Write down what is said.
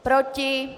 Proti?